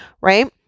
right